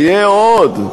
תהיה עוד.